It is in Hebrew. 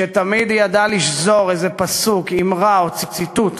ותמיד היא ידעה לשזור איזה פסוק, אִמרה או ציטוט,